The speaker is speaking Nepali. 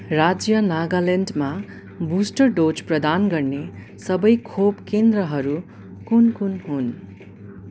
राज्य नागाल्यान्डमा बुस्टर डोज प्रदान गर्ने सबै खोप केन्द्रहरू कुन कुन हुन्